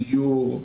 דיור,